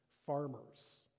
Farmers